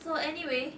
so anyway